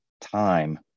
time